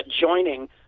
joining